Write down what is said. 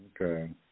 Okay